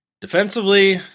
defensively